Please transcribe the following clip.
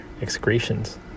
excretions